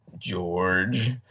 george